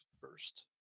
first